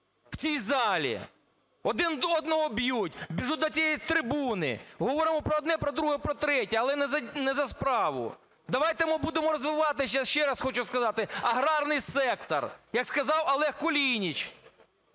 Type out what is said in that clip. в цій залі? Один одного б'ють, біжать до тієї трибуни, говоримо про одне, про друге, про третє, але не за справу. Давайте ми будемо розвивати, я ще раз хочу сказати, аграрний сектор, як сказав Олег Кулініч.